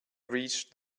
reached